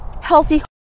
healthy